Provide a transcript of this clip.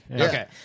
okay